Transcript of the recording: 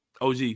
OG